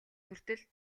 хүртэл